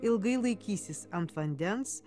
ilgai laikysis ant vandens